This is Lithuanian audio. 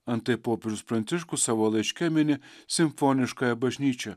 antai popiežius pranciškus savo laiške mini simfoniškąją bažnyčią